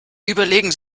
überlegen